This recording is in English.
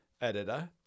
editor